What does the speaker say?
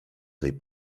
tej